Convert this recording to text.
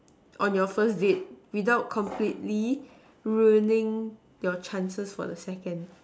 on your first date without completely ruining your chances for the second